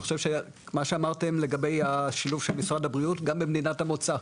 אני חושב שצריך לשלב את משרד הבריאות גם במדינת המוצא.